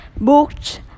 books